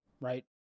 right